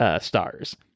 stars